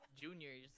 juniors